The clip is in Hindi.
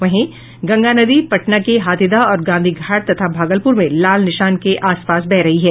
वहीं गंगा नदी पटना के हथीदह और गांधी घाट तथा भागलपुर में लाल निशान के आसपास बह रही है